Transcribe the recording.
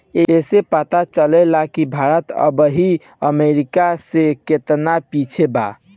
ऐइसे पता चलेला कि भारत अबही अमेरीका से केतना पिछे बा